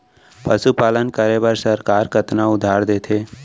पशुपालन करे बर सरकार कतना उधार देथे?